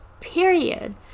period